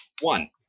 One